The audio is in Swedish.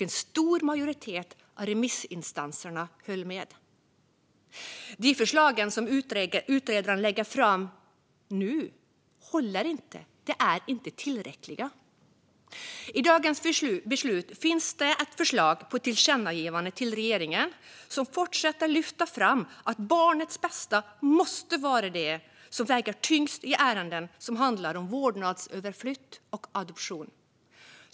En stor majoritet av remissinstanserna höll med. De förslag som utredaren lägger fram nu håller inte. De är inte tillräckliga. I dagens beslut finns ett förslag om ett tillkännagivande till regeringen. I tillkännagivandet fortsätter man att lyfta fram att barnets bästa måste vara det som väger tyngst i ärenden som handlar om vårdnadsöverflyttning och adoption.